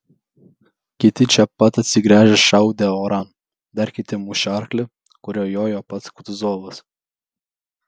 kiti čia pat atsigręžę šaudė oran dar kiti mušė arklį kuriuo jojo pats kutuzovas